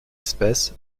espèce